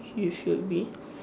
you should be